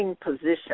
position